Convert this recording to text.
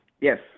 Yes